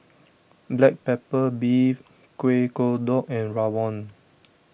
Black Pepper Beef Kueh Kodok and Rawon